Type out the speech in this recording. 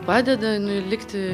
padeda nu likti